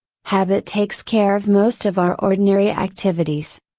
habit takes care of most of our ordinary activities.